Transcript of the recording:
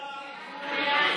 סעיפים 1